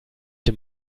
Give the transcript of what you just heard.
dem